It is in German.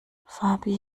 fabi